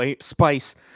spice